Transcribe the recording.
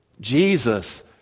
Jesus